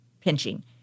pinching